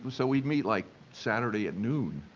so we'd meet like saturday at noon,